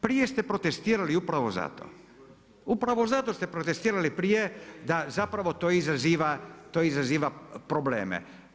Prije ste protestirali upravo za to, upravo zato ste protestirali prije da zapravo to izaziva probleme.